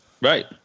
Right